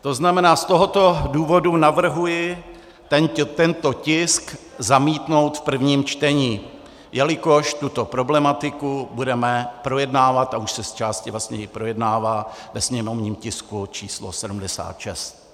To znamená, z tohoto důvodu navrhuji tento tisk zamítnout v prvním čtení, jelikož tuto problematiku budeme projednávat a už se z části vlastně i projednává ve sněmovním tisku číslo 76.